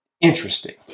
Interesting